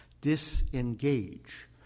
Disengage